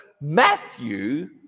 Matthew